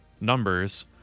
numbers